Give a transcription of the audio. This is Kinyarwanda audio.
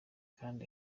kandi